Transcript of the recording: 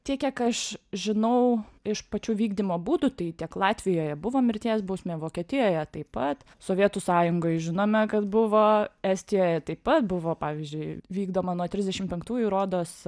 tiek kiek aš žinau iš pačių vykdymo būdų tai tiek latvijoje buvo mirties bausmė vokietijoje taip pat sovietų sąjungoj žinome kad buvo estijoje taip pat buvo pavyzdžiui vykdoma nuo trisdešim penktųjų rodos